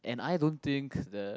and I don't think the